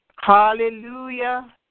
Hallelujah